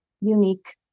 unique